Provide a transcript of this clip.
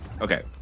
Okay